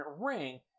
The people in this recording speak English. ring